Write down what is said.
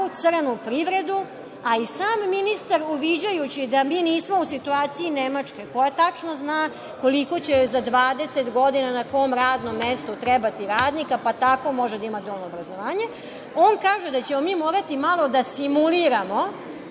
crnu privredu, a i sam ministar, uviđajući da mi nismo u situaciji Nemačke koja tačno zna koliko će za 20 godina na kom radnom mestu trebati radnika, pa tako može da ima dualno obrazovanje, kaže da ćemo mi morati malo da simuliramo